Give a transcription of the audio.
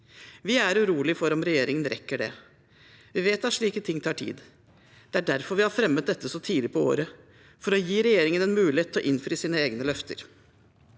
Vi er urolige for om regjeringen rekker det. Vi vet at slike ting tar tid. Det er derfor vi har fremmet dette så tidlig på året, for å gi regjeringen en mulighet til å innfri sine egne løfter.